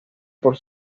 por